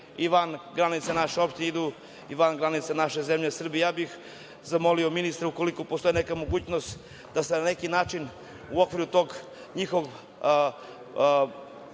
i van granica naše opštine, idu i van granica naše zemlje Srbije. Ja bih zamolio ministra, ukoliko postoji neka mogućnost, da se na neki način u okviru tog njihovog